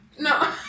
No